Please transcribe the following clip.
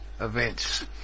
events